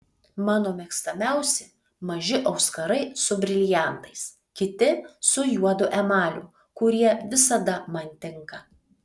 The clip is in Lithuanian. mano mėgstamiausi maži auskarai su briliantais kiti su juodu emaliu kurie visada man tinka